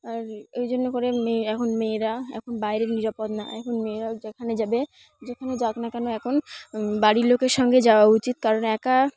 আর এই জন্য করে মেয়ে এখন মেয়েরা এখন বাইরের নিরাপদ না এখন মেয়েরা যেখানে যাবে যেখানে যাক না কেন এখন বাড়ির লোকের সঙ্গে যাওয়া উচিত কারণ একা